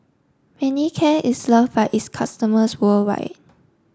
Manicare is love by its customers worldwide